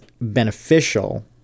beneficial